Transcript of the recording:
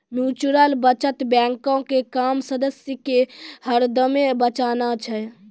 mutual बचत बैंको के काम सदस्य के हरदमे बचाना छै